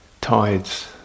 tides